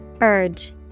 Urge